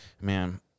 man